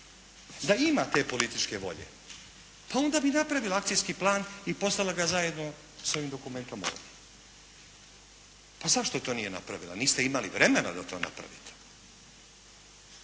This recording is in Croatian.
Da ima te političke volje, pa onda bi napravila akcijski plan i poslala ga zajedno s ovim dokumentom ovdje. Pa zašto to nije napravila? Niste imali vremena da to napravite?